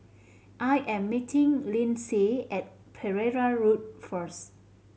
I am meeting Lynsey at Pereira Road first